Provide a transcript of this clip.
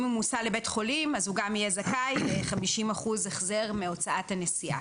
אם הוא מוסע לבית חולים הוא גם יהיה זכאי ל-50% החזר מהוצאת הנסיעה.